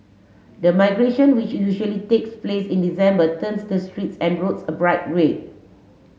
the migration which usually takes place in December turns the streets and roads a bright red